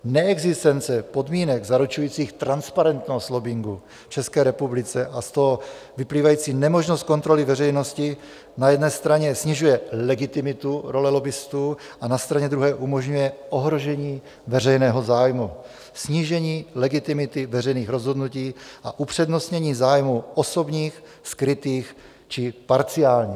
Neexistence podmínek zaručujících transparentnost lobbingu v České republice a z toho vyplývající nemožnost kontroly veřejnosti na jedné straně snižuje legitimitu role lobbistů a na straně druhé umožňuje ohrožení veřejného zájmu, snížení legitimity veřejných rozhodnutí a upřednostnění zájmů osobních, skrytých či parciálních.